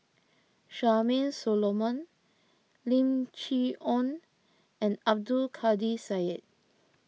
Charmaine Solomon Lim Chee Onn and Abdul Kadir Syed